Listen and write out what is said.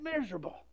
miserable